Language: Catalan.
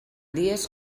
dies